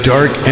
Dark